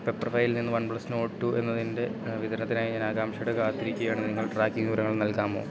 പെപ്പർഫ്രൈയില്നിനിന്ന് OnePlus Nord two എന്നതിൻ്റെ വിതരണത്തിനായി ഞാൻ ആകാംക്ഷയോടെ കാത്തിരിക്കുകയാണ് നിങ്ങൾ ട്രാക്കിംഗ് വിവരങ്ങൾ നൽകാമോ